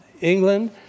England